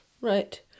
Right